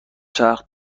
چرخ